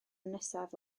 nesaf